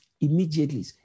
immediately